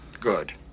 Good